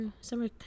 Summer